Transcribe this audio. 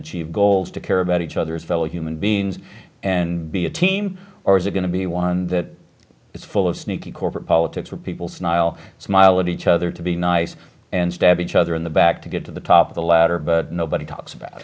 achieve goals to care about each other as fellow human beings and be a team or is it going to be one that is full of sneaky corporate politics where people smile smile at each other to be nice and stab each other in the back to get to the top of the ladder but nobody talks about